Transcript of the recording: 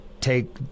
take